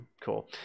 cool